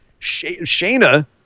Shayna